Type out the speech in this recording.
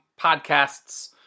podcasts